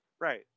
right